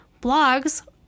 blogs